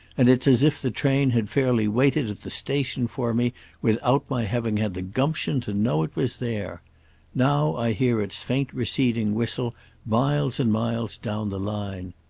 and it's as if the train had fairly waited at the station for me without my having had the gumption to know it was there now i hear its faint receding whistle miles and miles down the line.